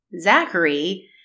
Zachary